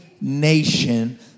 nation